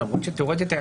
תיאורטית,